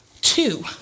Two